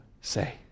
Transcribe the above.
say